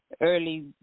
early